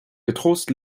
getrost